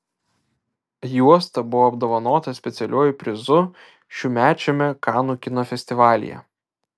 juosta buvo apdovanota specialiuoju prizu šiųmečiame kanų kino festivalyje